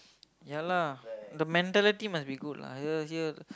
ya lah the mentality must be good lah here here